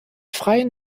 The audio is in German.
freien